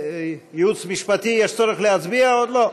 ייעוץ משפטי, יש צורך להצביע או לא?